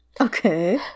Okay